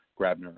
Grabner